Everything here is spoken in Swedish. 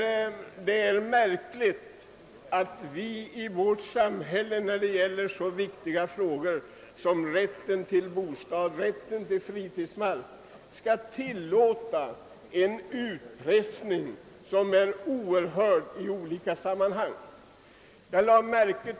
Det är märkligt att vi i vårt samhälle i så viktiga frågor som rätten till bostad och till fritidsmark skall tillåta en utpressning vilken kan ta oerhörda proportioner.